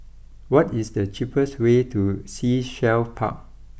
what is the cheapest way to Sea Shell Park